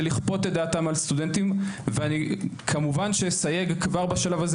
לכפות את דעתם על סטודנטים ואני כמובן שאסייג כבר בשלב הזה